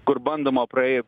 kur bandoma praėjo